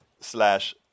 slash